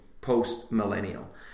Post-Millennial